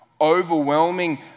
overwhelming